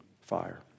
fire